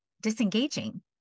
disengaging